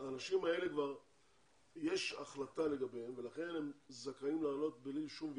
יש כבר החלטה לגבי האנשים האלה ולכן הם זכאים לעלות בלי שום ויכוח.